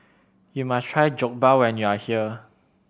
you must try Jokbal when you are here